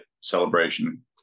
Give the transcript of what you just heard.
celebration